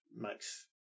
makes